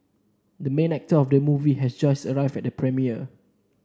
the main actor of the movie has just arrived at the premiere